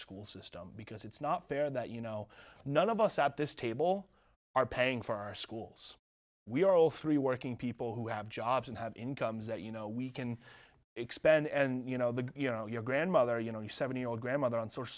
school system because it's not fair that you know none of us at this table are paying for our schools we're all three working people who have jobs and have incomes that you know we can expand and you know the you know your grandmother you know the seventy year old grandmother on social